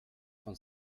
von